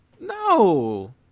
No